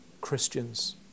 Christians